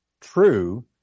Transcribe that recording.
true